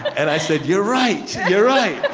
and i said, you're right, you're right!